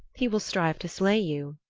he will strive to slay you.